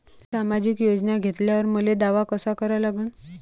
सामाजिक योजना घेतल्यावर मले दावा कसा करा लागन?